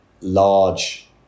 large